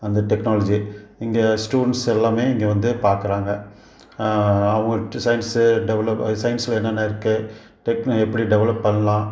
அந்த டெக்னாலஜி இங்கே ஸ்டூடெண்ட்ஸ் எல்லாமே இங்கே வந்து பார்க்குறாங்க அவங்க சயின்ஸ் டெவலப் சயின்ஸ்ல என்னென்ன இருக்குது டெக் எப்படி டெவலப் பண்ணலாம்